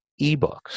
ebooks